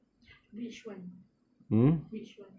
which one which one